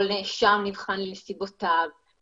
כל נאשם נבחן לנסיבותיו,